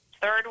third